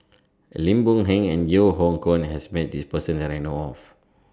Lim Boon Heng and Yeo Hoe Koon has Met This Person that I know of